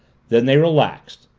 then they relaxed,